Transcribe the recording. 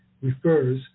refers